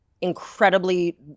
incredibly